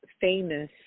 famous